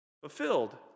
fulfilled